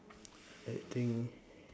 I think